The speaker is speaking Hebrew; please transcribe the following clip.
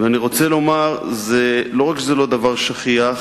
אני רוצה לומר, לא רק שזה לא דבר שכיח.